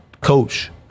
coach